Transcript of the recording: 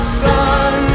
sun